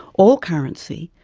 all currency,